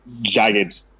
jagged